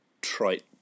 trite